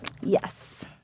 Yes